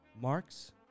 Marks